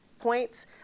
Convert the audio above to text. points